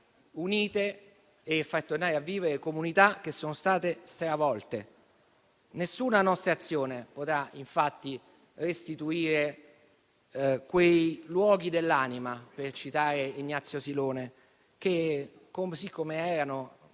riunire e far tornare a vivere comunità che sono state stravolte. Nessuna nostra azione potrà restituire quei luoghi dell'anima, per citare Ignazio Silone, che così com'erano,